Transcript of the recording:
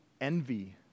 envy